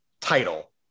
title